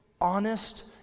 honest